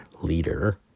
leader